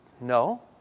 no